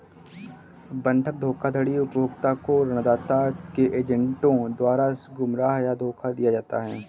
बंधक धोखाधड़ी उपभोक्ता को ऋणदाता के एजेंटों द्वारा गुमराह या धोखा दिया जाता है